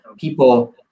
people